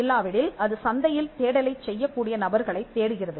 இல்லாவிடில் அது சந்தையில் தேடலைச் செய்யக்கூடிய நபர்களைத் தேடுகிறது